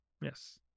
Yes